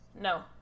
No